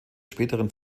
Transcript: späteren